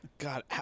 God